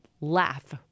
laugh